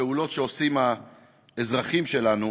והפעולות שעושים האזרחים שלנו,